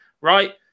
Right